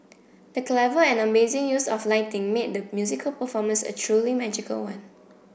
the clever and amazing use of lighting made the musical performance a truly magical one